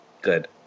Good